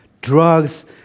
drugs